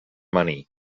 money